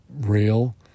real